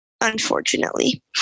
unfortunately